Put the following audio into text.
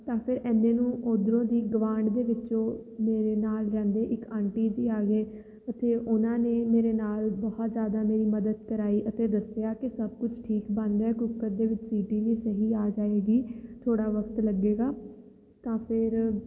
ਤਾਂ ਫਿਰ ਐਨੇ ਨੂੰ ਉੱਧਰੋਂ ਦੀ ਗੁਆਂਢ ਦੇ ਵਿੱਚੋਂ ਮੇਰੇ ਨਾਲ ਰਹਿੰਦੇ ਇੱਕ ਆਂਟੀ ਜੀ ਆ ਗਏ ਅਤੇ ਉਹਨਾਂ ਨੇ ਮੇਰੇ ਨਾਲ ਬਹੁਤ ਜ਼ਿਆਦਾ ਮੇਰੀ ਮਦਦ ਕਰਵਾਈ ਅਤੇ ਦੱਸਿਆ ਕਿ ਸਭ ਕੁਝ ਠੀਕ ਬਣ ਰਿਹਾ ਕੁੱਕਰ ਦੇ ਵਿੱਚ ਸੀਟੀ ਵੀ ਸਹੀ ਆ ਜਾਵੇਗੀ ਥੋੜ੍ਹਾ ਵਕਤ ਲੱਗੇਗਾ ਤਾਂ ਫਿਰ